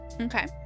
okay